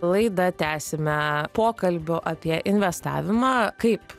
laida tęsime pokalbių apie investavimą kaip